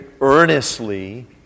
earnestly